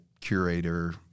curator